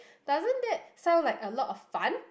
doesn't that sound like a lot of fun